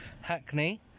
Hackney